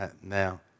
Now